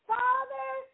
Father